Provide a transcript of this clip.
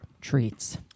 treats